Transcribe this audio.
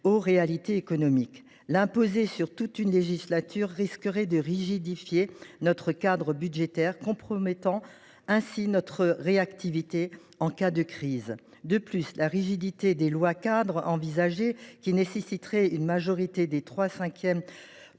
aux réalités économiques. L’imposer sur toute une législature risquerait de rigidifier notre cadre budgétaire, compromettant ainsi notre réactivité en cas de crise. De plus, la rigidité de la loi cadre que ce texte propose